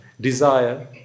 desire